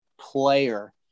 player